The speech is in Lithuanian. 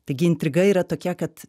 taigi intriga yra tokia kad